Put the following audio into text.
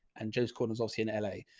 and joe's corner is aussie in la.